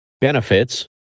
Benefits